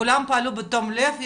כולם פעלו בתום לב,